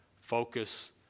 Focus